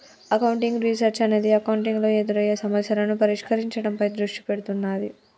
accounting research అనేది accounting లో ఎదురయ్యే సమస్యలను పరిష్కరించడంపై దృష్టి పెడుతున్నాది